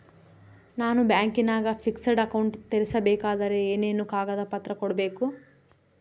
ನಾನು ಬ್ಯಾಂಕಿನಾಗ fixed account ತೆರಿಬೇಕಾದರೆ ಏನೇನು ಕಾಗದ ಪತ್ರ ಕೊಡ್ಬೇಕು?